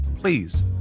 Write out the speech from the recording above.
please